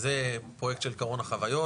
זה פרויקט של קרון החוויות.